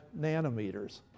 nanometers